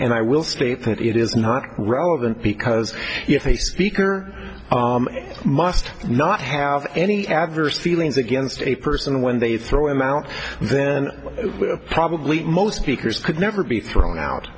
and i will state that it is not relevant because if a speaker must not have any adverse feelings against a person when they throw him out then probably most beakers could never be thrown out